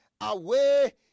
away